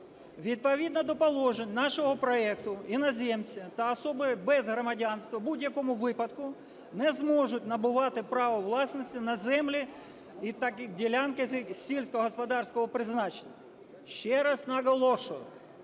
Відповідно до положень нашого проекту іноземці та особи без громадянства у будь-якому випадку не зможуть набувати право власності на землі і ділянки сільськогосподарського призначення. Ще раз наголошую,